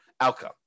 outcome